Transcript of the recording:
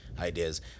ideas